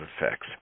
effects